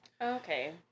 Okay